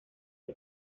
que